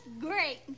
great